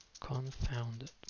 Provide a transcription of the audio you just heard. confounded